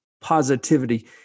positivity